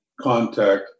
contact